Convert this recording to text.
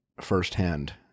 firsthand